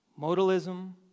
Modalism